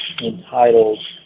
entitled